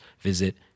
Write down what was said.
visit